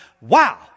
wow